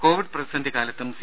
Covid പ്രതിസന്ധി കാലത്തും C